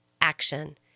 action